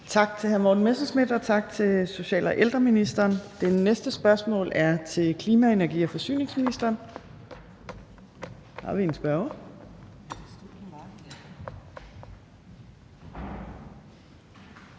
Tak til hr. Morten Messerschmidt og til social- og ældreministeren. Det næste spørgsmål er til klima-, energi- og forsyningsministeren. Har vi en spørger?